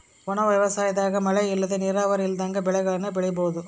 ಒಣ ವ್ಯವಸಾಯದಾಗ ಮಳೆ ಇಲ್ಲ ನೀರಾವರಿ ಇಲ್ದಂಗ ಬೆಳೆಗುಳ್ನ ಬೆಳಿಬೋಒದು